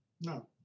No